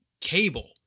cable